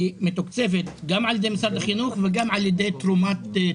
העמותה מתוקצבת על ידי משרד החינוך ועל ידי תושבים